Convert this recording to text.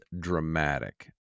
dramatic